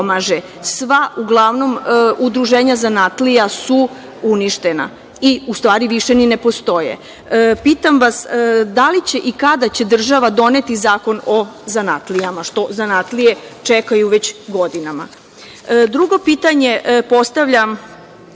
Sva, uglavnom, udruženja zanatlija su uništena i, u stvari, više ni ne postoje. Pitam vas, da li će i kada će država doneti zakon o zanatlijama, što zanatlije čekaju već godinama? Drugo pitanje postavljam,